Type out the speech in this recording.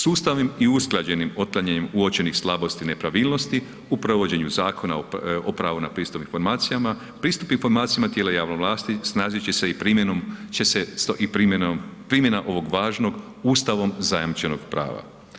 Sustavnim i usklađenim otklanjanjem uočenih slabosti i nepravilnosti u provođenju Zakona o pravu na pristup informacijama, pristup informacijama tijela javne vlasti ... i primjenom će se, i primjena ovog važnog Ustavom zajamčenog prava.